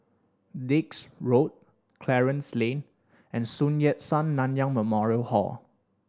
Dix Road Clarence Lane and Sun Yat Sen Nanyang Memorial Hall